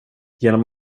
genom